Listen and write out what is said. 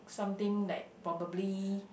something like probably